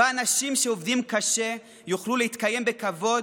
שבה אנשים שעובדים קשה יוכלו להתקיים בכבוד,